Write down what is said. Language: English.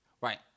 Right